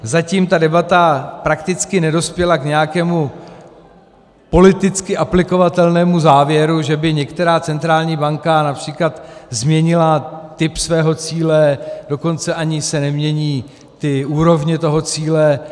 Zatím ta debata prakticky nedospěla k nějakému politicky aplikovatelnému závěru, že by některá centrální banka například změnila typ svého cíle, dokonce ani se nemění úrovně cíle.